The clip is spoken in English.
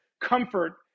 comfort